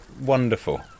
wonderful